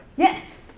yes.